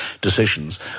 Decisions